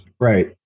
Right